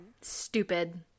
Stupid